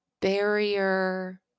barrier